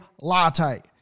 latte